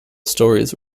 stories